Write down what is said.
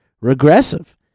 regressive